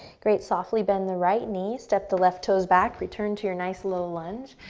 great. softly bend the right knee. step the left toes back. return to your nice, low lunge.